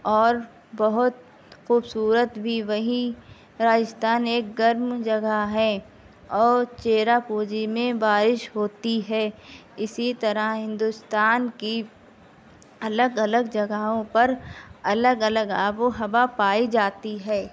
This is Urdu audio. اور بہت خوبصورت بھی وہیں راجستھان ایک گرم جگہ ہے اور چیراپونجی میں بارش ہوتی ہے اسی طرح ہندوستان کی الگ الگ جگہوں پر الگ الگ آب و ہوا پائی جاتی ہے